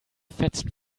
fetzen